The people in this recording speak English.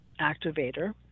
activator